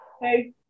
Hey